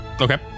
Okay